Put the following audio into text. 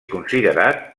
considerat